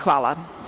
Hvala.